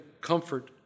comfort